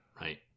right